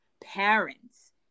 parents